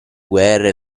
guerre